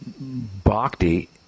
Bhakti